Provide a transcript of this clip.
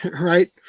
right